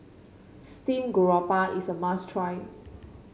Steamed Garoupa is a must try